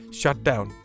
shutdown